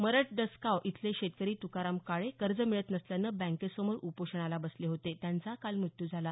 मरडसगाव इथले शेतकरी तुकाराम काळे कर्ज मिळत नसल्यानं बँकेसमोर उपोषणाला बसले होते त्यांचा काल मृत्यू झाला